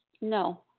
No